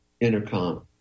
Intercom